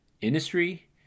industry